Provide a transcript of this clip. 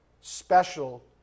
special